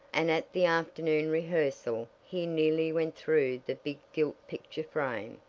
and at the afternoon rehearsal he nearly went through the big gilt picture frame,